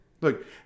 Look